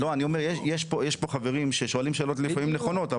יש פה חברים ששואלים שאלות לפעמים נכונות,